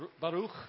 Baruch